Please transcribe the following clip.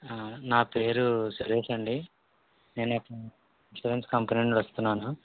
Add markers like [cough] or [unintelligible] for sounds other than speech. నా పేరు సురేష్ అండీ నేను [unintelligible] ఇన్సూరెన్స్ కంపెనీ నుండి వస్తున్నాను